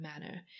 manner